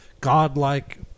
godlike